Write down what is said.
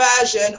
version